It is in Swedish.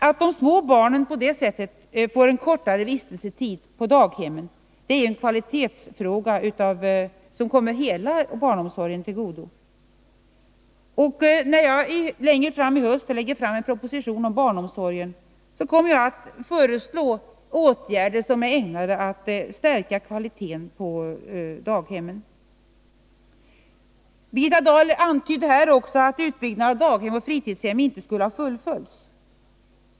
Att de små barnen på det sättet får en kortare vistelsetid på daghemmen är en kvalitetsfråga som kommer hela barnomsorgen till godo. När jag längre fram i höst lägger fram en proposition om barnomsorgen kommer jag att föreslå åtgärder som är ägnade att stärka kvaliteten på daghemmen. Birgitta Dahl antydde också att utbyggnaden av daghem och fritidshem inte skulle ha fullföljts.